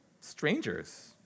strangers